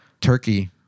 Turkey